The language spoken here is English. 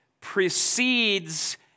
precedes